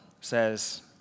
says